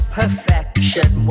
perfection